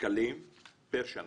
שקלים פר שנה.